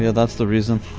yeah that's the reason.